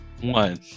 One